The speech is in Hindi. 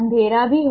अंधेरा भी हो